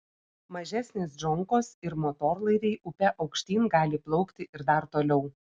mažesnės džonkos ir motorlaiviai upe aukštyn gali plaukti ir dar toliau